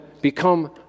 become